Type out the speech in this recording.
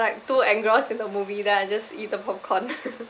I like too engrossed in the movie then I just eat the popcorn